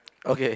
okay